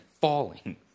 falling